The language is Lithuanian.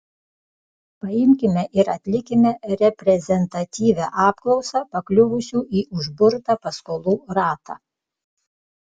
paimkime ir atlikime reprezentatyvią apklausą pakliuvusių į užburtą paskolų ratą